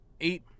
eight